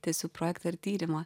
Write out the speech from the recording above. tęsiu projektą ir tyrimą